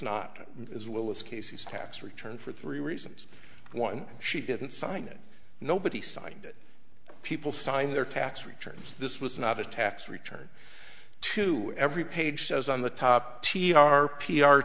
not as well as casey's tax return for three reasons one she didn't sign it nobody signed it people signed their tax returns this was not a tax return to every page shows on the top t a r p r